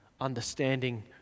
understanding